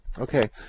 Okay